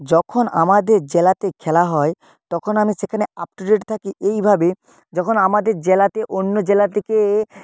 যখন আমাদের জেলাতে খেলা হয় তখন আমি সেখানে আপ টু ডেট থাকি এইভাবে যখন আমাদের জেলাতে অন্য জেলা থেকে এ